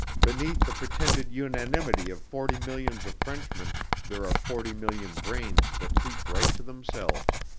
beneath the pretended unanimity of forty millions of frenchmen there are forty million brains that keep right to themselves.